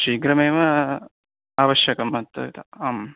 शीघ्रमेव आवश्यकं अत् आम्